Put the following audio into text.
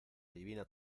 divina